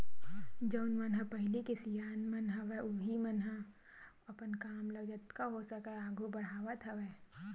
जउन मन ह पहिली के सियान मन हवय उहीं मन ह अपन काम ल जतका हो सकय आघू बड़हावत हवय